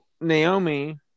Naomi